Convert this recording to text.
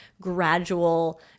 gradual